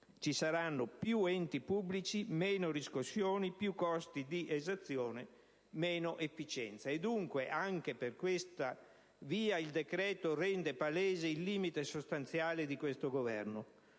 Ci saranno più enti pubblici, meno riscossioni, più costi di esazione, meno efficienza. E dunque anche per questa via il decreto rende palese il limite sostanziale di questo Governo.